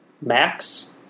Max